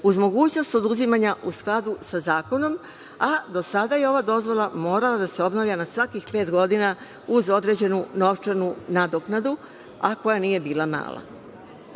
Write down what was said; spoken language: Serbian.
uz mogućnost oduzimanja, u skladu sa zakonom, a do sada je ova dozvola morala da se obnavlja na svakih pet godina uz određenu novčanu nadoknadu, a koja nije bila mala. Ono